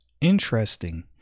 Interesting